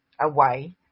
away